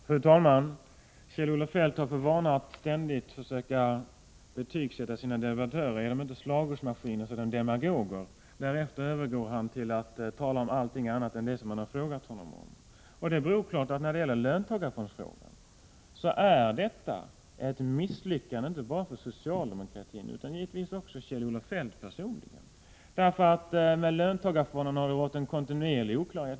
Fru talman! Kjell-Olof Feldt har för vana att ständigt försöka betygsätta sina meddebattörer — är de inte slagordsmaskiner så är de demagoger. Därefter övergår han till att tala om allt annat än det som man har frågat honom om. Det beror så klart på att löntagarfondsfrågan är ett misslyckande, inte bara för socialdemokratin, utan givetvis också för Kjell-Olof Feldt personligen. Det har rått en kontinuerlig oklarhet om löntagarfonderna.